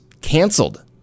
canceled